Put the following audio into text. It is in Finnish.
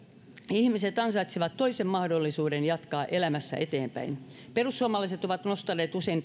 ihmiset ansaitsevat toisen mahdollisuuden jatkaa elämässä eteenpäin perussuomalaiset ovat nostaneet usein